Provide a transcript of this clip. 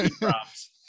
props